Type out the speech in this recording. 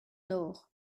nor